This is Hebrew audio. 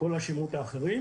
ולכן